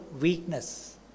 Weakness